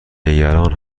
نگران